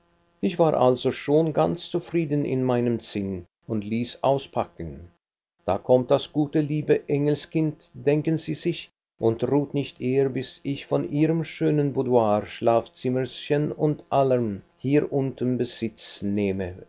ich war also schon ganz zufrieden in meinem sinn und ließ auspacken da kommt das gute liebe engelskind denken sie sich und ruht nicht eher bis ich von ihrem schönen boudoir schlafzimmerchen und allem hier unten besitz nehme